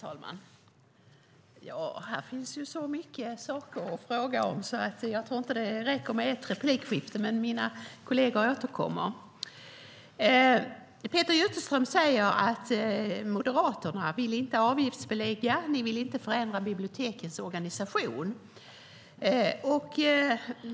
Herr talman! Här finns så många saker att fråga om att jag inte tror att det räcker med ett replikskifte, men mina kolleger återkommer. Peter Jutterström säger att Moderaterna inte vill avgiftsbelägga. Ni vill inte förändra bibliotekens organisation.